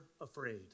afraid